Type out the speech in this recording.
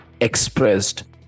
expressed